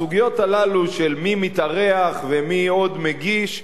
הסוגיות הללו של מי מתארח ומי עוד מגיש,